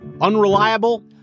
Unreliable